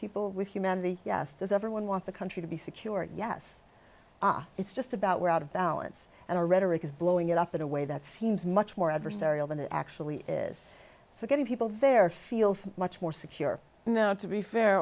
people with humanity yes does everyone want the country to be secure yes it's just about we're out of balance and our rhetoric is blowing it up in a way that seems much more adversarial than it actually is so getting people there feels much more secure now to be fair